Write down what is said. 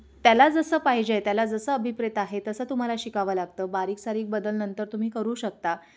त्याला जसं पाहिजे त्याला जसं अभिप्रेत आहे तसं तुम्हाला शिकावं लागतं बारीक सारीक बदल नंतर तुम्ही करू शकता